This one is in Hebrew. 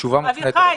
התשובה מופנית אליכם.